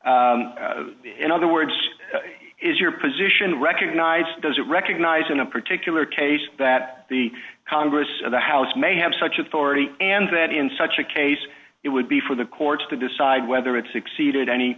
in other words is your position recognized does it recognize in a particular case that the congress of the house may have such authority and that in such a case it would be for the courts to decide whether it's exceeded any